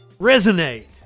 resonate